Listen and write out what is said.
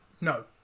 No